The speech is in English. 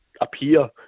appear